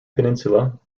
peninsula